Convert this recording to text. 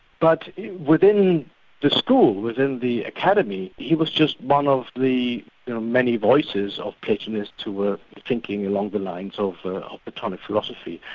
but within the school, within the academy, he was just one of the many voices of platonists who were thinking along the lines so of ah platonic philosophy,